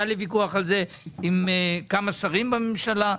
והיה לי ויכוח על זה עם כמה שרים בממשלה.